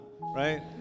right